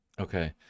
Okay